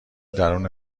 درون